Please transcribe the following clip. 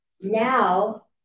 now